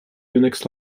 unix